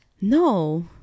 no